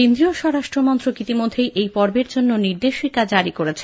কেন্দ্রীয় স্বরাষ্ট্র মন্ত্রক ইতিমধ্যেই এই পর্বের জন্য নির্দেশিকা জারি করেছে